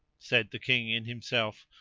said the king in himself,